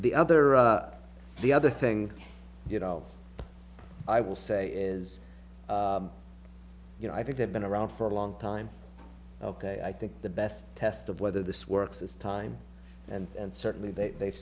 the other the other thing you know i will say is you know i think they've been around for a long time ok i think the best test of whether this works this time and certainly that they've